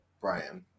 Brian